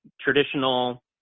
traditional